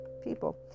people